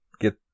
get